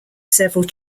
several